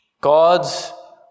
God's